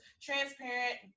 transparent